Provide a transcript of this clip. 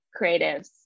creatives